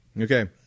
Okay